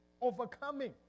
overcoming